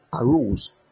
arose